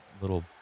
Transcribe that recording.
little